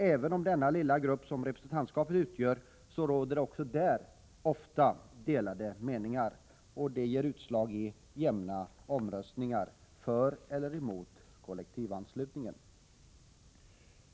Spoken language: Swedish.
Även inom den lilla grupp som representantskapet utgör råder det ofta delade meningar, och det ger utslag i jämna omröstningar för eller emot kollektivanslutningen.